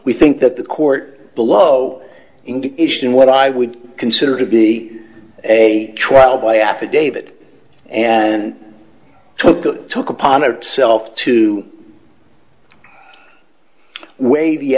we think that the court below indication what i would consider to be a trial by affidavit and took a took upon itself to weigh the